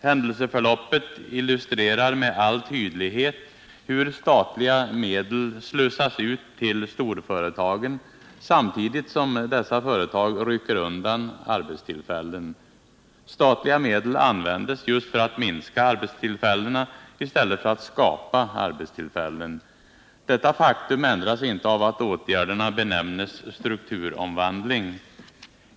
Händelseförloppet illustrerar med all önskvärd tydlighet hur statliga medel slussas ut till storföretagen samtidigt som dessa företag rycker undan arbetstillfällen. Statliga medel användes just för att minska arbetstillfällena i stället för att skapa arbetstillfällen. Detta faktum ändras inte av att åtgärderna benämnes strukturomvandling.